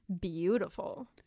beautiful